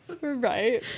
right